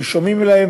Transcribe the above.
ששומעים להם,